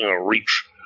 reach